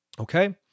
Okay